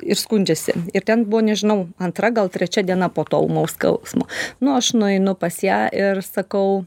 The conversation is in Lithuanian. ir skundžiasi ir ten buvo nežinau antra gal trečia diena po to ūmaus skausmo nu aš nueinu pas ją ir sakau